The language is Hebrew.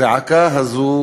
הזעקה הזו